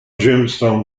gemstone